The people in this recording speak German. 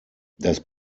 das